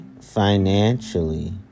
financially